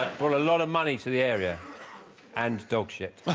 a lot of money to the area and dog shit